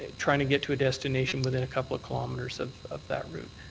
trying to get to a destination within a couple of kilometres of of that route.